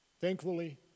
Thankfully